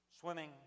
swimming